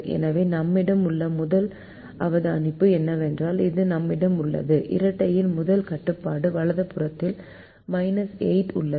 எனவே நம்மிடம் உள்ள முதல் அவதானிப்பு என்னவென்றால் இது நம்மிடம் உள்ளது இரட்டையின் முதல் கட்டுப்பாடு வலது புறத்தில் 8 உள்ளது